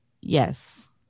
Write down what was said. Yes